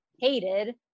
hated